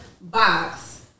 box